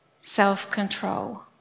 self-control